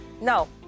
Now